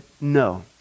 no